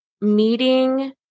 meeting